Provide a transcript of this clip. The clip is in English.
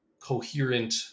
coherent